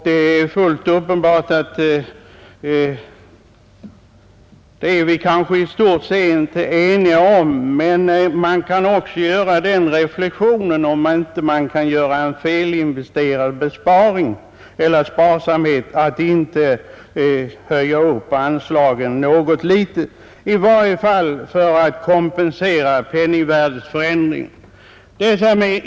Det är väl fullt uppenbart att vi i stort sett är eniga om den, men man kan också göra den reflexionen om det inte kan vara en felinriktad sparsamhet att inte höja anslaget något litet, i varje fall för att kompensera penningvärdeförsämringen.